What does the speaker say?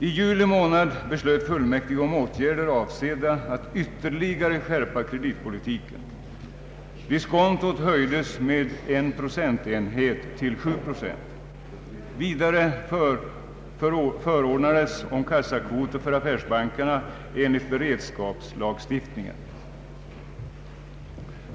I juli beslöt fullmäktige om åtgärder avsedda att ytterligare skärpa kreditpolitiken. Diskontot höjdes med en procentenhet till 7 procent. Vidare förordnades om kassakvoter för affärsbankerna enligt beredskapslagstiftningen.